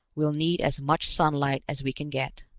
we'll need as much sunlight as we can get.